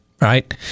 right